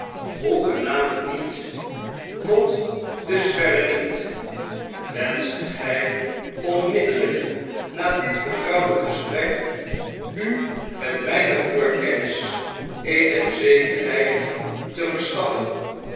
hoegenaamd niet tot dusver niet wenscht gij onmiddellijk na dit vertrouwelijk gesprek u met mijne voorkennis eenige zekerheid te verschaffen